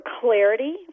clarity